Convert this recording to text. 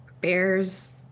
bears